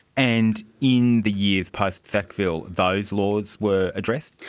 and in the years post sackville, those laws were addressed?